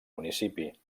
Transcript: municipi